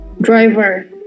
Driver